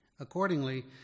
Accordingly